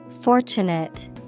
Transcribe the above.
Fortunate